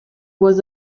was